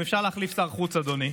אם אפשר להחליף שר חוץ, אדוני,